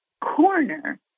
corner